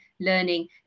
learning